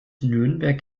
nürnberg